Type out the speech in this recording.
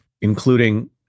including